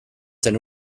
zen